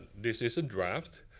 this is a draft.